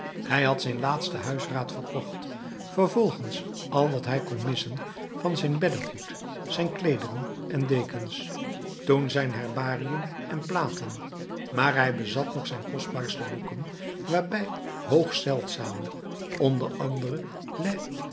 hij had zijn laatste huisraad verkocht vervolgens al wat hij kon missen van zijn beddegoed zijn kleederen en dekens toen zijn herbarium en platen maar hij bezat nog zijn kostbaarste boeken waarbij hoogst zeldzame onder andere